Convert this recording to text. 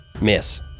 Miss